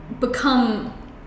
become